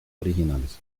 originales